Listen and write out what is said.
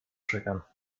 triggern